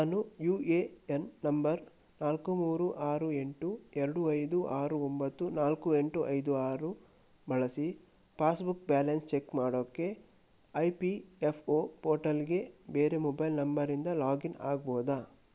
ನಾನು U A N number ನಾಲ್ಕು ಮೂರು ಆರು ಎಂಟು ಎರಡು ಐದು ಆರು ಒಂಬತ್ತು ನಾಲ್ಕು ಎಂಟು ಐದು ಆರು ಬಳಸಿ ಪಾಸ್ಬುಕ್ ಬ್ಯಾಲೆನ್ಸ್ ಚೆಕ್ ಮಾಡೋಕ್ಕೆ ಐ ಪಿ ಎಫ್ ಒ ಪೋರ್ಟಲ್ಗೆ ಬೇರೆ ಮೊಬೈಲ್ ನಂಬರಿಂದ ಲಾಗಿನ್ ಆಗ್ಬೋದಾ